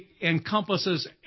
encompasses